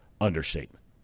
understatement